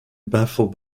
baffle